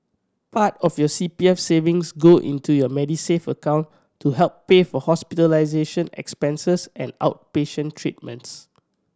part of your C P F savings go into your Medisave account to help pay for hospitalization expenses and outpatient treatments